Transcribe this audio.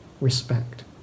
respect